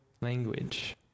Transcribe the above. language